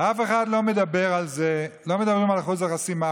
אף אחד לא מדבר על זה, לא מדברים על אחוז החסימה.